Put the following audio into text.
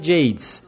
Jades